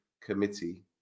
committee